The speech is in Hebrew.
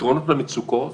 פתרונות למצוקות